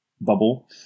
bubble